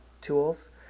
tools